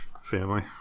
family